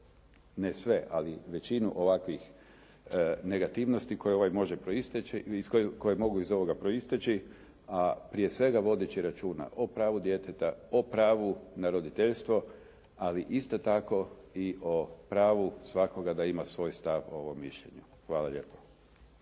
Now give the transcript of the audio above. ne sve ali većinu ovakvih negativnosti koje mogu iz ovoga proisteći a prije svega vodeći računa o pravu djeteta, o pravu na roditeljstvo ali isto tako i o pravu svakoga da ima svoj stav u ovom mišljenju. Hvala lijepo.